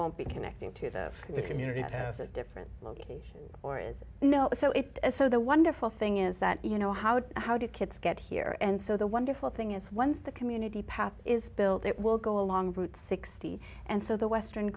won't be connecting to the community that has a different location or is you know so it is so the wonderful thing is that you know how how did kids get here and so the wonderful thing is once the community path is built it will go a long route sixty and so the western